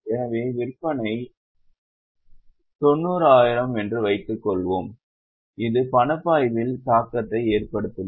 எனவே விற்பனை 90000 என்று வைத்துக் கொள்ளுங்கள் அது பணப்பாய்வில் தாக்கத்தை ஏற்படுத்துமா